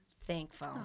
thankful